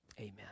Amen